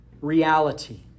reality